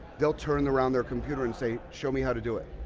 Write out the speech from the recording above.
they'll turn around their computer and say, show me how to do it.